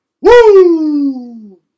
Woo